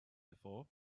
before